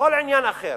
ובכל עניין אחר.